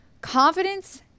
confidence